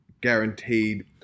guaranteed